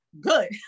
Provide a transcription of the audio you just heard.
good